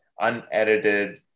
unedited